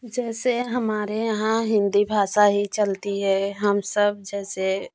जैसे हमारे यहाँ हिंदी भाषा ही चलती है हम सब जैसे